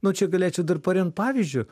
nu čia galėčiau dar paremt pavyzdžiu